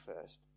first